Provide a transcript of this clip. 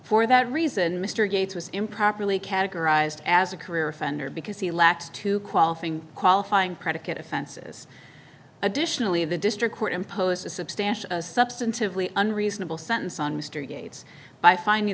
for that reason mr gates was improperly categorized as a career offender because he lacks two qualifying qualifying predicate offenses additionally the district court imposes substantial substantively unreasonable sentence on mr gates by find